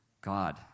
God